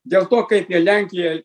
dėl to kaip jie lenkiją